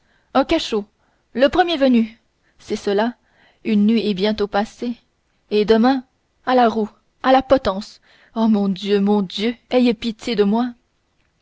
un cachot le premier venu c'est cela une nuit est bientôt passée et demain à la roue à la potence oh mon dieu mon dieu ayez pitié de moi